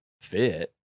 fit